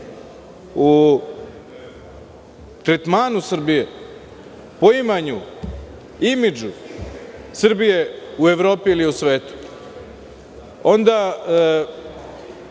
u tretmanu Srbije, poimanju, imidžu Srbije u Evropi ili u svetu, onda